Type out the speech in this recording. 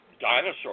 dinosaur